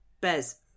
Bez